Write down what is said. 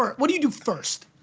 what do you do first?